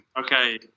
Okay